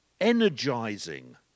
energizing